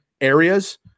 areas